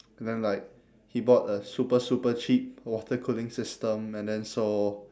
and then like he bought a super super cheap water cooling system and then so